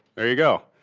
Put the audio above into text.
there you go.